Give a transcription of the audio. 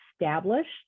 established